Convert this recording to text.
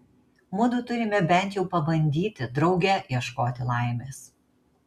mudu turime bent jau pabandyti drauge ieškoti laimės